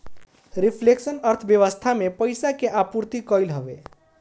reflection अर्थव्यवस्था में पईसा के आपूर्ति कईल हवे